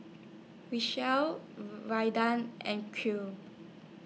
and